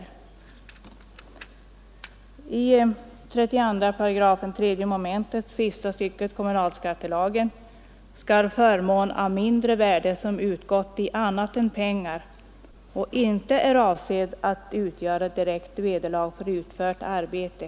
Enligt 32 § 3 mom. sista stycket kommunalskattelagen skall förmån av mindre värde, som utgått i annat än pengar, inte upptas som intäkt, om förmånen inte kan antas vara avsedd att utgöra direkt vederlag för utfört arbete.